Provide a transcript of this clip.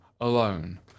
alone